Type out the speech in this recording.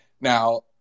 Now